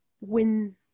win